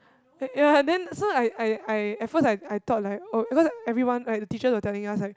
y~ ya then so like I I at first I I thought like oh at first everyone like the teachers were telling us like